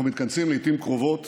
אנחנו מתכנסים לעיתים קרובות